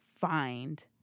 find